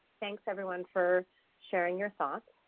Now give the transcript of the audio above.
thanks, everyone, for sharing your thoughts.